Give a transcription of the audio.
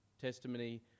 testimony